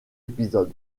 épisodes